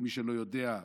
למי שלא יודע,